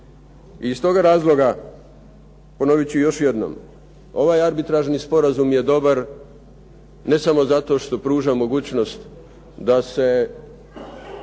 I iz toga razloga, ponovit ću još jednom, ovaj arbitražni sporazum je dobar, ne samo što pruža mogućnost da se